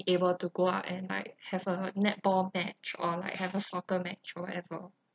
able to go out and like have a netball match or like have a soccer match or whatever